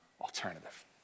alternative